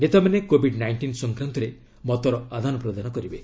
ନେତାମାନେ covid nineteen ସଂକ୍ରାନ୍ତରେ ମତର ଆଦାନ ପ୍ରଦାନ କରିବେ